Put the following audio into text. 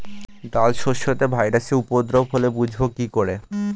ডাল শস্যতে ভাইরাসের উপদ্রব হলে বুঝবো কি করে?